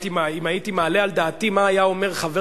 אם הייתי מעלה על דעתי מה היה אם חבר